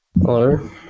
Hello